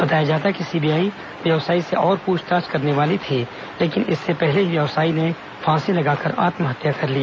बताया जाता है कि सीबीआई व्यवसायी से और पूछताछ करने वाली थी लेकिन उससे पहले ही व्यवसायी ने फांसी लगाकर आत्महत्या कर ली